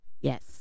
Yes